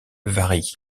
varie